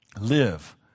live